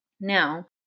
Now